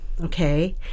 okay